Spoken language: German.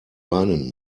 weinen